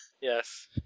yes